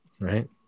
Right